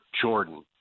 Jordan